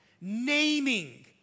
naming